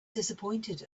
disappointed